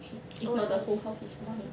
if not the whole house is mine